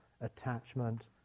attachment